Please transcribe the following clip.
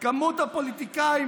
כמות הפוליטיקאים